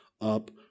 up